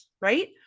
right